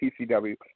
PCW